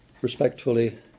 respectfully